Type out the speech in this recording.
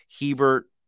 Hebert